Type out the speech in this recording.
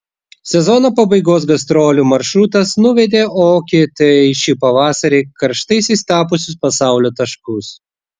sezono pabaigos gastrolių maršrutas nuvedė okt į šį pavasarį karštaisiais tapusius pasaulio taškus